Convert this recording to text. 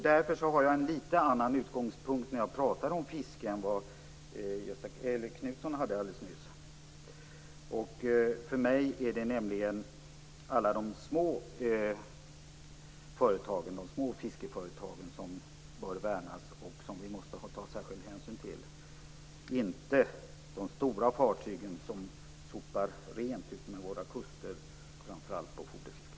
Därför har jag en litet annorlunda utgångspunkt när jag talar om fiske än vad Göthe Knutson hade här nyss. För mig är det nämligen alla de små fiskeföretagen som bör värnas och som vi måste ta särskild hänsyn till, inte de stora fartygen som sopar rent utmed våra kuster, framför allt vad gäller foderfisk.